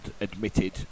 admitted